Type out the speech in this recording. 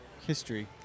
history